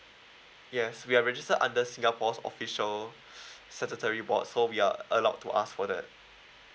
yes we're register under singapore's official cemetery board so we are allowed to ask for that